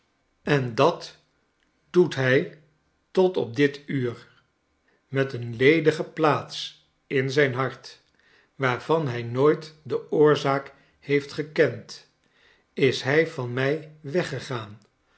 en dat doet hij tot op dit uur met een ledige plaats in zijn hart waarvan hij nooit de oorzaak heeft gekend is hij van mij weggegaan